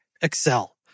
Excel